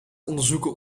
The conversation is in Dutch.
onderzoeken